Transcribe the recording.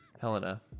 Helena